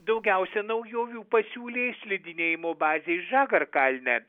daugiausia naujovių pasiūlė slidinėjimo bazė žekarkalne